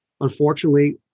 unfortunately